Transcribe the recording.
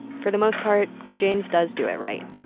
for the most part, james does do it right.